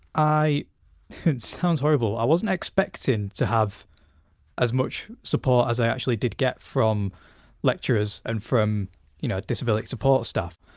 i it sounds horrible i wasn't expecting to have as much support as i actually did get from lecturers and from you know disability support staff.